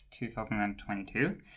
2022